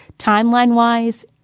timeline wise,